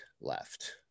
left